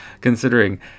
considering